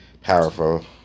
powerful